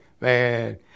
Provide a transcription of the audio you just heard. man